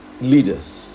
leaders